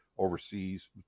overseas